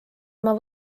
oma